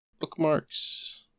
Bookmarks